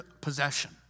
possession